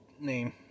name